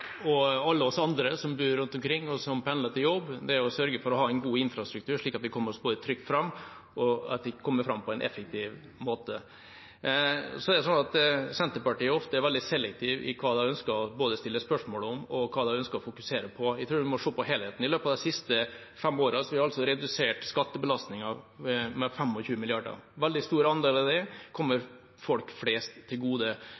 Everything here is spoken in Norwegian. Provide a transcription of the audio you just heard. for alle oss andre som bor rundt omkring og pendler til jobb, er å sørge for å ha en god infrastruktur, slik at vi kommer oss fram både trygt og effektivt. Senterpartiet er ofte veldig selektiv med hensyn til både hva de ønsker å stille spørsmål om, og hva de ønsker å fokusere på. Jeg tror vi må se på helheten. I løpet av de siste fem årene har vi redusert skattebelastningen med 25 mrd. kr. En veldig stor andel av det kommer folk flest til gode.